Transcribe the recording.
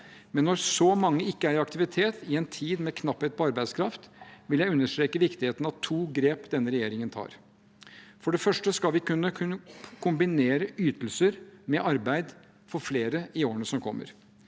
men når så mange ikke er i aktivitet i en tid med knapphet på arbeidskraft, vil jeg understreke viktigheten av to grep denne regjeringen tar. For det første skal vi kunne kombinere ytelser med arbeid for flere i årene som kommer.